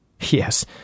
Yes